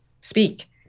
speak